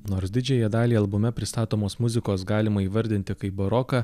nors didžiąją dalį albume pristatomos muzikos galima įvardinti kaip baroką